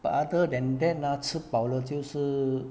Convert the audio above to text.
but other than that ah 吃饱了就是